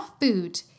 food